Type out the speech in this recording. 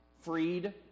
freed